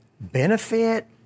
benefit